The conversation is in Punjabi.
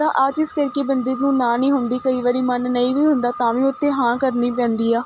ਤਾਂ ਆਹ ਚੀਜ਼ ਕਰਕੇ ਬੰਦੇ ਨੂੰ ਨਾ ਨਹੀਂ ਹੁੰਦੀ ਕਈ ਵਾਰੀ ਮਨ ਨਹੀਂ ਵੀ ਹੁੰਦਾ ਤਾਂ ਵੀ ਉੱਥੇ ਹਾਂ ਕਰਨੀ ਪੈਂਦੀ ਆ